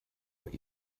what